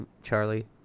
Charlie